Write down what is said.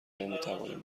نمیتوانیم